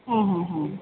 ହୁଁ ହୁଁ ହୁଁ